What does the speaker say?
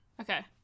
Okay